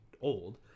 old